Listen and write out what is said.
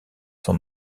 son